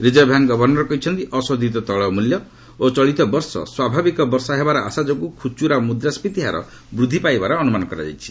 reserve bank governor କହିଛନ୍ତି ଅଶୋଧିତ ତୈଳ ମ୍ବଲ୍ୟ ଓ ଚଳିତ ବର୍ଷ ସ୍ୱାଭାବିକ ବର୍ଷା ହେବାର ଆଶା ଯୋଗୁଁ ଖ୍ରଚୂରା ମୁତ୍ରାସ୍କୀତି ହାର ବୃଦ୍ଧି ପାଇବାର ଅନୁମାନ କରାଯାଇଛି